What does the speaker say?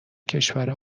کشور